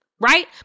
right